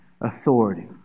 authority